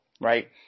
right